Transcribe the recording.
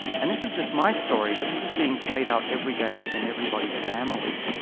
and this is just my story, but this is being played out every day in everybody's family.